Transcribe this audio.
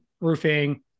roofing